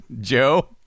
Joe